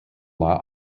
law